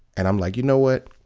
and i'm like, you know what?